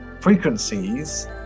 frequencies